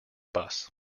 bus